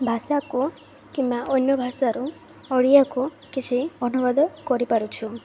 ଭାଷାକୁ କିମ୍ବା ଅନ୍ୟ ଭାଷାରୁ ଓଡ଼ିଆକୁ କିଛି ଅନୁବାଦ କରିପାରୁଛୁ